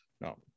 no